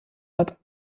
hat